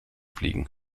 fliegen